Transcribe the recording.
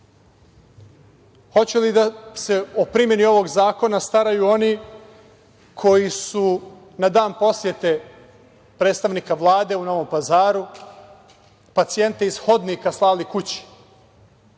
Hoće li da se o primeni ovog zakona staraju oni, koji su na dan posete predstavnika Vlade u Novom Pazaru pacijente iz hodnika slali kući,